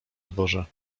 dworze